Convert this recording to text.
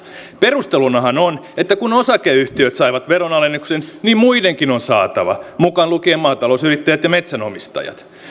perustelunahan on että kun osakeyhtiöt saivat veronalennuksen niin muidenkin on saatava mukaan lukien maatalousyrittäjät ja metsänomistajat